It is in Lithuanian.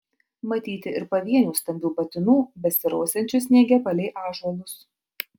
matyti ir pavienių stambių patinų besirausiančių sniege palei ąžuolus